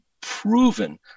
proven